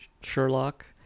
sherlock